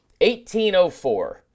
1804